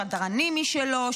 שדרנים משלו,